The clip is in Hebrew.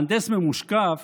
מהנדס ממושקף